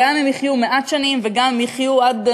גם אם יחיו מעט שנים וגם אם יחיו עד,